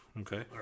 Okay